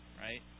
right